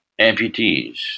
amputees